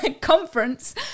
Conference